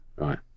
Right